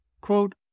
Quote